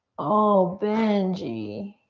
oh, benji.